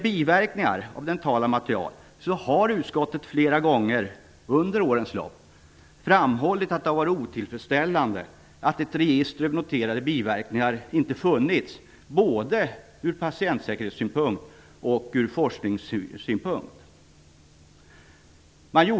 Utskottet har flera gånger under årens lopp framhållit att det har varit otillfredsställande att ett register över noterade biverkningar av dentala material inte har funnits.